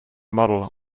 model